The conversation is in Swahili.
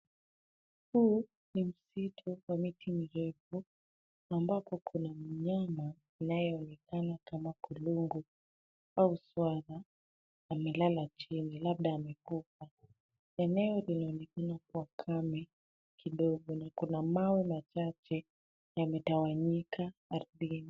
Huu ni msitu wa miti mirefu ambapo kuna mnyama anayeonekana kama kulungu au swara, amelala chini labda amekufa. Eneo linaonekana kuwa kame kidogo na kuna mawe machache yametawanyika ardhini.